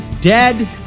dead